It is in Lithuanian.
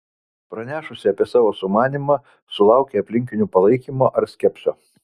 pranešusi apie savo sumanymą sulaukei aplinkinių palaikymo ar skepsio